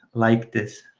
like this.